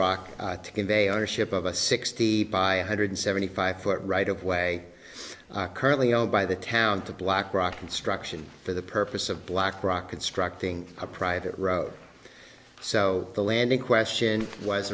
blackrock to convey ownership of a sixty by a hundred seventy five foot right of way currently owned by the town to black rock construction for the purpose of blackrock constructing a private road so the land in question was